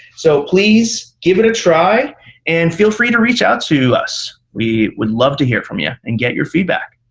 so please give it a try and feel free to reach out to us. we would love to hear from you and get your feedback.